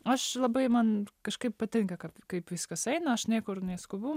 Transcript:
aš labai man kažkaip patinka kad kaip viskas eina aš niekur neskubu